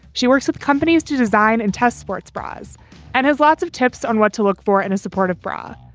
she works with companies to design and test sports bras and has lots of tips on what to look for in a supportive bra.